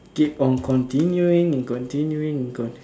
keep on continuing and continuing and conti~